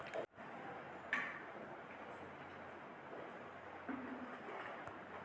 न्यूनतम निवेश राशि की छई?